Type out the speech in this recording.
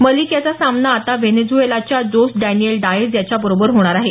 मलिक याचा सामना आता व्हेनेझ्रएलाच्या जोस डॅनिएल डायझ याच्याबरोबर होणार आहे